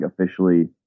officially